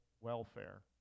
welfare